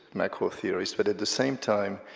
macrotheorist, but at the same time,